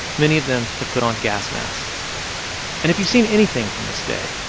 many of them have put on gas masks and if you've seen anything from this day,